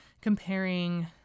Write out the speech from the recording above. comparing